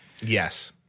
yes